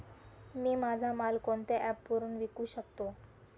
मी माझा माल कोणत्या ॲप वरुन विकू शकतो?